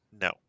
No